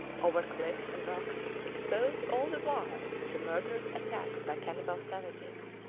over cliffs and rocks exposed all the while to murderous attacks by cannibal savages,